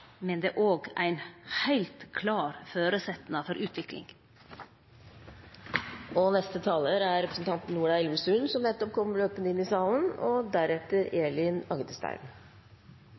men det er også ein heilt klar føresetnad for utvikling. Neste taler er representanten Ola Elvestuen, som nettopp kom løpende inn i salen.